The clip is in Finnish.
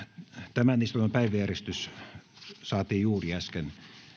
tämän istunnon päiväjärjestys saatiin juuri äsken